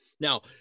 now